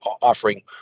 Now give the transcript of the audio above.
offering